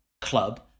club